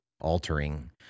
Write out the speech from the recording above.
altering